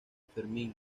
fermín